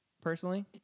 personally